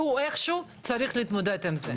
שהוא איכשהו צריך להתמודד עם זה.